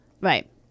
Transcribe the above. Right